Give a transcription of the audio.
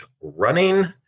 running